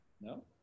no